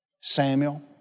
Samuel